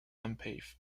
unpaved